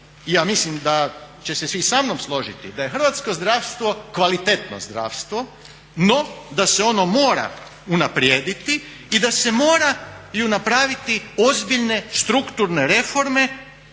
ja mislim da će se svi samnom složiti da je hrvatsko zdravstvo kvalitetno zdravstvo no da se ono mora unaprijediti da se moraju napraviti ozbiljne strukturne reforme